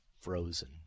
frozen